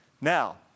Now